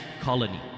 colony